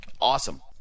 awesome